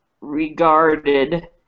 regarded